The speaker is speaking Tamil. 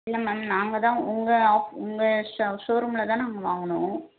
இல்லை மேம் நாங்கள் தான் உங்கள் ஆ உங்கள் ஷ ஷோ ரூமில் தான் நாங்கள் வாங்கினோம்